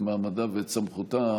את מעמדה ואת סמכותה.